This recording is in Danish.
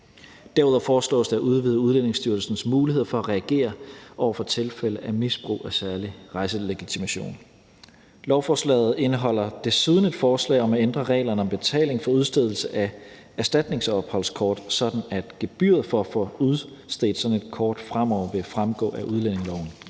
Derudover foreslås det at udvide Udlændingestyrelsens mulighed for at reagere over for tilfælde af misbrug af særlig rejselegitimation. Lovforslaget indeholder desuden et forslag om at ændre reglerne om betaling for udstedelse af erstatningsopholdskort, sådan at gebyret for at få udstedt sådan et kort fremover vil fremgå af udlændingeloven.